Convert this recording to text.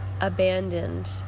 abandoned